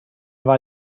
war